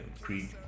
Creed